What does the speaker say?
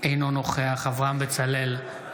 אינו נוכח אברהם בצלאל,